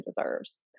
deserves